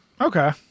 Okay